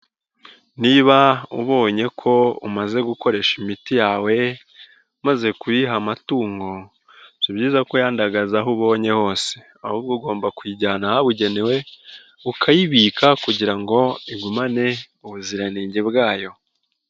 Niba ubonye ko umaze gukoresha imiti yawe umaze kuyiha amatungo, si byiza ko uyandagaza aho ubonye hose, ahubwo ugomba kuyijyana ahabugenewe ukayibika kugira ngo igumane ubuziranenge bwayo.